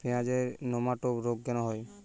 পেঁয়াজের নেমাটোড রোগ কেন হয়?